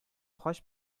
хаҗ